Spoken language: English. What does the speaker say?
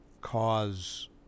cause